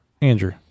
Andrew